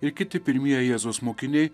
ir kiti pirmieji jėzaus mokiniai